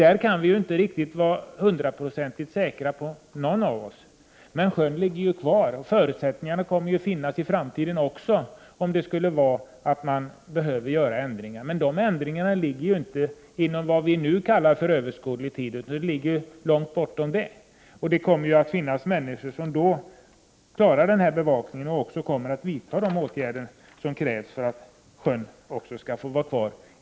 Ingen av oss kan vara hundraprocentigt säker på den saken. Men sjön kommer ju att finnas kvar. Om det skulle behövas förändringar, finns det förutsättningar att åstadkomma sådana även i framtiden. Men några förändringar är inte aktuella inom nu överskådlig tid. Det kommer att finnas människor även i framtiden som klarar bevakningen och som vidtar de åtgärder som krävs för att sjön skall få bestå.